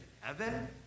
heaven